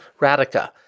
Radica